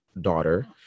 daughter